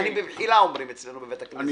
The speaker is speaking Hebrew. במחילה, כך אומרים אצלנו בבית הכנסת.